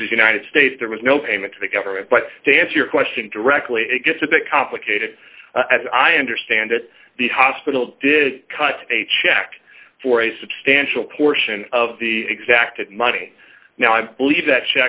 versus united states there was no payment to the government but to answer your question directly it gets a bit complicated as i understand it the hospital did cut a check for a substantial portion of the exacted money now i believe that